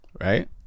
Right